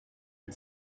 and